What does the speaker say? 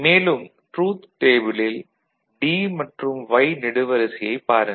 மேலும் ட்ரூத் டேபிளில் D மற்றும் Y நெடுவரிசையைப் பாருங்கள்